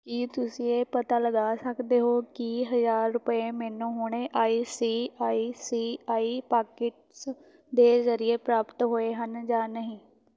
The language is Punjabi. ਕੀ ਤੁਸੀਂਂ ਇਹ ਪਤਾ ਲਗਾ ਸਕਦੇ ਹੋ ਕੀ ਹਜ਼ਾਰ ਰੁਪਏ ਮੈਨੂੰ ਹੁਣੇ I C I C I pockets ਦੇ ਜ਼ਰੀਏ ਪ੍ਰਾਪਤ ਹੋਏ ਹਨ ਜਾਂ ਨਹੀਂ